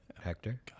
Hector